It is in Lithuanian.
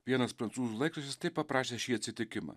vienas prancūzų laikraštis taip aprašė šį atsitikimą